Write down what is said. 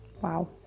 Wow